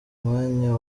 mwanya